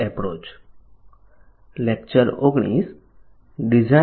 ત્યાં